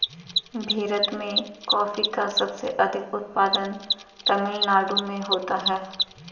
भीरत में कॉफी का सबसे अधिक उत्पादन तमिल नाडु में होता है